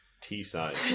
T-size